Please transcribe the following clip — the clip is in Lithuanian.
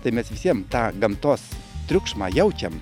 tai mes visiem tą gamtos triukšmą jaučiam